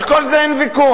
על כל זה אין ויכוח.